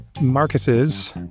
Marcus's